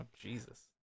Jesus